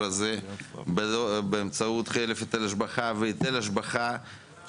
הזה באמצעות חלף היטל השבחה והיטל השבחה,